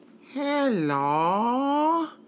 hello